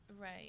right